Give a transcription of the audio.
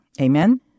Amen